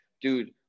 dude